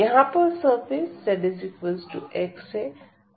यहां पर surface zx है